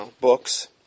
books